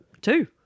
Two